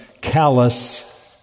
callous